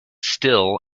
still